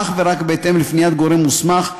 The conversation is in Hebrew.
אך ורק בהתאם לפניית גורם מוסמך,